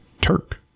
Turk